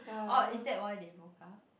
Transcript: oh is that why they broke up